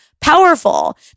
powerful